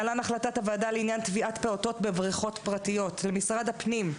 להלן החלטת הוועדה לעניין טביעת פעוטות בבריכות פרטיות: למשרד הפנים,